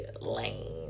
Lane